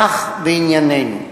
"כך בענייננו: